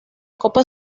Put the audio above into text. copa